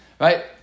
Right